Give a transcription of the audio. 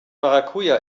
maracuja